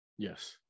Yes